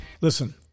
Listen